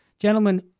Gentlemen